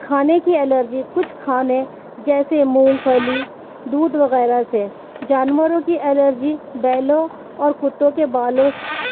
کھانے کی الرجی کچھ کھانے جیسے مونگ پھلی دودھ وغیرہ سے جانوروں کی الرجی بیلوں اور کتوں کے بالوں